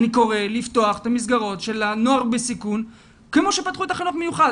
אני קורא לפתוח את המסגרות של הנוער בסיכון כמו שפתחו את החינוך המיוחד.